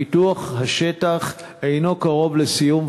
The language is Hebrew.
פיתוח השטח אינו קרוב לסיום,